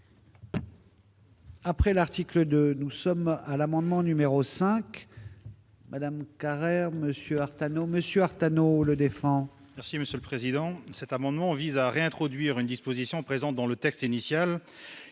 Après l'article de nous sommes à l'amendement numéro 5. Madame Carrère monsieur Artano monsieur Artano le défend. Merci monsieur le président, cet amendement vise à réintroduire une disposition présents dans le texte initial